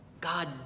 God